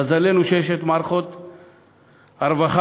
מזלנו שיש מערכות רווחה.